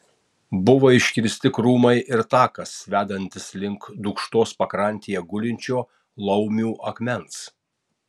buvo iškirsti krūmai ir takas vedantis link dūkštos pakrantėje gulinčio laumių akmens